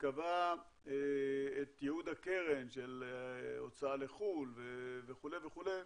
שקבע את ייעוד הקרן של הוצאה לחו"ל וכו' וכו',